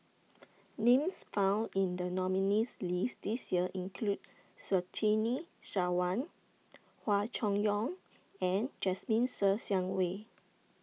Names found in The nominees' list This Year include Surtini Sarwan Hua Chai Yong and Jasmine Ser Xiang Wei